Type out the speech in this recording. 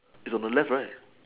is on the left right